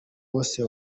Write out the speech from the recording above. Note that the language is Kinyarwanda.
wose